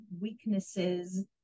weaknesses